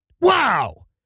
Wow